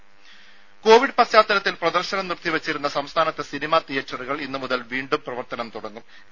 രുഭ കൊവിഡ് പശ്ചാത്തലത്തിൽ പ്രദർശനം നിർത്തി വെച്ചിരുന്ന സംസ്ഥാനത്തെ സിനിമ തിയേറ്ററുകൾ ഇന്ന് മുതൽ വീണ്ടും പ്രവർത്തനമാരംഭിക്കും